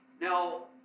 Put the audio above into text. Now